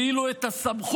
ואילו את הסמכות